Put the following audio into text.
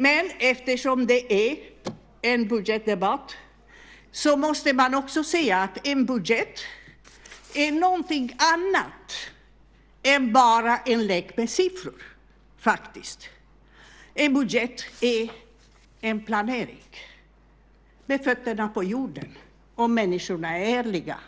Men eftersom det är en budgetdebatt måste man också säga att en budget faktiskt är någonting annat än bara en lek med siffror. En budget är en planering, med fötterna på jorden - om människorna är ärliga.